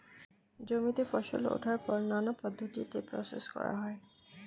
জমিতে ফসল ওঠার পর নানা পদ্ধতিতে প্রসেস করা হয়